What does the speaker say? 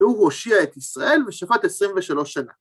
‫והוא הושיע את ישראל ושפט 23 שנה.